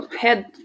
head